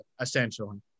essentially